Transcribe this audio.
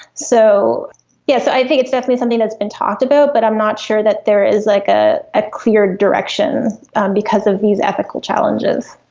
so yes, i think it's definitely something that has been talked about but i'm not sure that there is like ah a clear direction because of these ethical challenges.